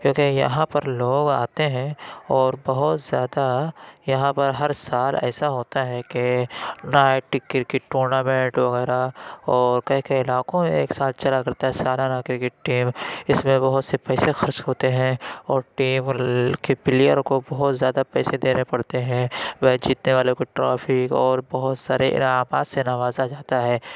کیونکہ یہاں پر لوگ آتے ہیں اور بہت زیادہ یہاں پر ہر سال ایسا ہوتا ہے کہ نائٹ کرکٹ ٹورنامنٹ وغیرہ اور کئی کئی علاقوں میں ایک ساتھ چلا کرتا ہے سالانہ کرکٹ ٹیم اس میں بہت سے پیسے خرچ ہوتے ہیں اور ٹیم کے پلیئر کو بہت زیادہ پیسے دینے پڑتے ہیں وہ جیتنے والے کو ٹرافی اور بہت سارے انعامات سے نوازا جاتا ہے